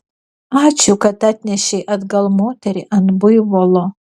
ačiū kad atnešei atgal moterį ant buivolo